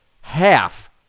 Half